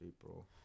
April